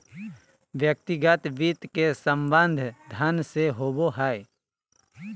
व्यक्तिगत वित्त के संबंध धन से होबो हइ